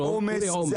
אין לו עומס.